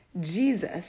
Jesus